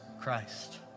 Christ